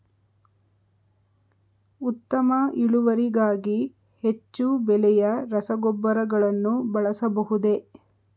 ಉತ್ತಮ ಇಳುವರಿಗಾಗಿ ಹೆಚ್ಚು ಬೆಲೆಯ ರಸಗೊಬ್ಬರಗಳನ್ನು ಬಳಸಬಹುದೇ?